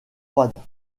froides